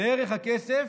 לערך הכסף,